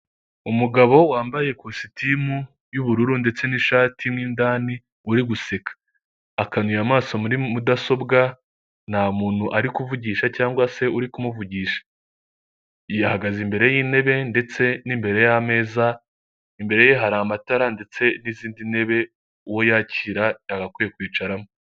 Inzu nshyashya igurishwa mu mujyi wa kigali mu gace ka kanombe ku mafaranga miliyoni mirongo icyenda n'imwe z'amanyarwanda, iyo nzu iri mu bwoko bwa cadasiteri isakajwe amabati ya shokora ndetse inzugi zayo zisa umukara ikaba iteye irangi ry'icyatsi, imbere y'iyo nzu hubatswe amapave.